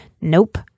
nope